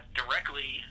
directly